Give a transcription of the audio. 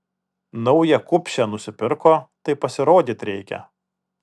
naują kupšę nusipirko tai pasirodyt reikia